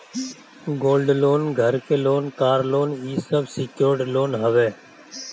gold loan, घर के loan, car loan इ सब सिक्योर्ड लोन हवे